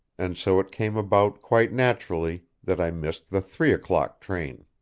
and so it came about quite naturally that i missed the three-o'clock train.